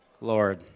Lord